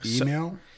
Email